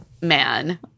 man